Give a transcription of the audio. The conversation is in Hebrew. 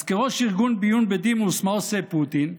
אז כראש ארגון ביון בדימוס, מה עושה פוטין?